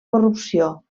corrupció